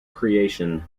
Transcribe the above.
creation